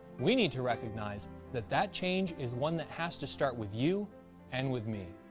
we need to recognize that that change is one that has to start with you and with me.